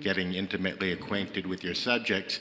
getting intimately acquainted with your subjects.